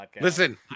listen